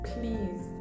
Please